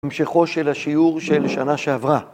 המשכו של השיעור של שנה שעברה